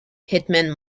hitman